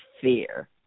fear